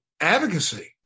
advocacy